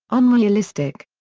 unrealistic.